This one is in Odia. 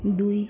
ଦୁଇ